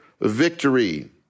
victory